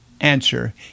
Answer